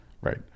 Right